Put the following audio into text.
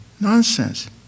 Nonsense